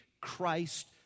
Christ